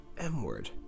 M-word